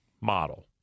model